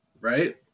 right